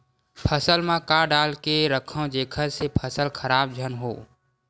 फसल म का डाल के रखव जेखर से फसल खराब झन हो?